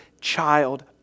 child